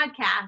podcast